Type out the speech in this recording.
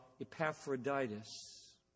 Epaphroditus